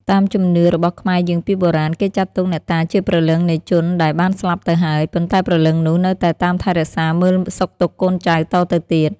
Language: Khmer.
តាមជំនឿរបស់ខ្មែរយើងពីបុរាណ គេចាត់ទុកអ្នកតាជាព្រលឹងនៃជនដែលបានស្លាប់ទៅហើយ ប៉ុន្តែព្រលឹងនោះនៅតែតាមថែរក្សាមើលសុខទុក្ខកូនចៅតទៅទៀត។